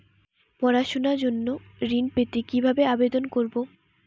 পড়াশুনা জন্য ঋণ পেতে কিভাবে আবেদন করব?